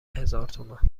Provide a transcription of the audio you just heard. هزارتومان